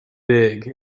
big